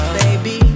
baby